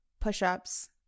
push-ups